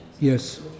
Yes